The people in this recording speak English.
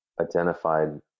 identified